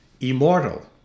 immortal